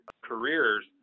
careers